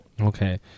Okay